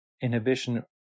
inhibition